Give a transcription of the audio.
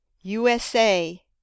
USA